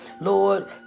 Lord